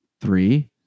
Three